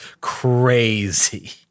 crazy